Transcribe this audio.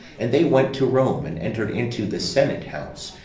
and they went to rome, and entered into the senate house,